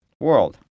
world